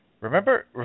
remember